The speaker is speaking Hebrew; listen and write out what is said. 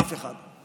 אף אחד.